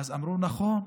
ואז אמרו: נכון,